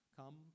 come